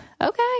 okay